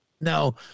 No